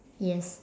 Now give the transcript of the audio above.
yes